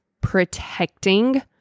protecting